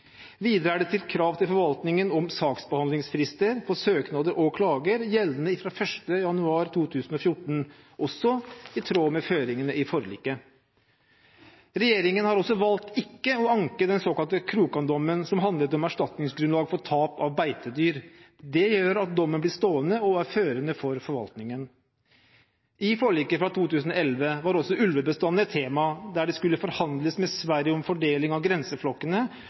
Videre er det stilt krav til forvaltningen om saksbehandlingsfrister for søknader og klager gjeldende fra 1. januar 2014, også i tråd med føringene i forliket. Regjeringen har også valgt ikke å anke den såkalte Krokann-dommen, som handlet om erstatningsgrunnlag for tap av beitedyr. Det gjør at dommen blir stående og er førende for forvaltningen. I forliket fra 2011 var også ulvebestanden et tema, der det skulle forhandles med Sverige om fordeling av grenseflokkene,